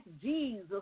Jesus